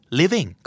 living